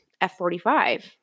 F45